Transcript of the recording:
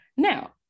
now